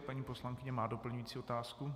Paní poslankyně má doplňující otázku.